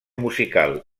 musical